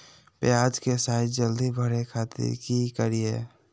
प्याज के साइज जल्दी बड़े खातिर की करियय?